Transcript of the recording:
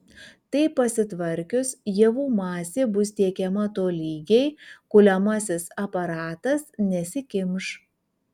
tai pasitvarkius javų masė bus tiekiama tolygiai kuliamasis aparatas nesikimš